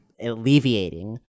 alleviating